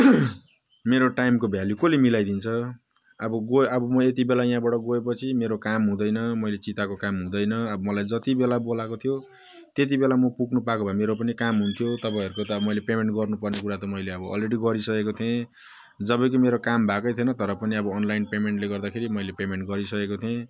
मेरो टाइमको भ्यालू कसले मिलाइदिन्छ अब गयो अब म यति बेला यहाँबाट गएपछि मेरो काम हुँदैन मैले चिताएको काम हुँदैन अब मलाई जति बेला बोलाएको थियो त्यति बेला म पुग्नपाएको भए मेरो पनि काम हुन्थ्यो तपाईँहरूको त मैले पेमेन्ट गर्नुपर्ने कुरा त मैले अब अलरेडी गरिसकेको थिएँ जब कि मेरो काम भएकै थिएन तर पनि अब अनलाइन पेमेन्टले गर्दाखेरि मैले पेमेन्ट गरिसकेको थिएँ